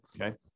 okay